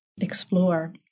explore